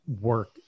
work